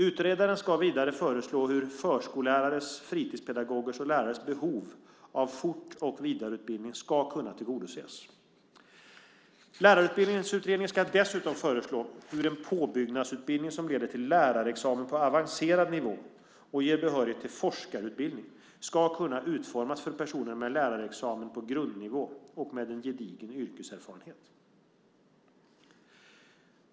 Utredaren ska vidare föreslå hur förskollärares, fritidspedagogers och lärares behov av fort och vidareutbildning ska kunna tillgodoses. Lärarutbildningsutredningen ska dessutom föreslå hur en påbyggnadsutbildning som leder till lärarexamen på avancerad nivå och ger behörighet till forskarutbildning ska kunna utformas för personer med lärarexamen på grundnivå och med en gedigen yrkeserfarenhet.